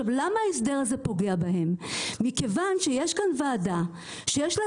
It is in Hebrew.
ההסדר הזה פוגע בהם מכיוון שיש כאן ועדה שיש לה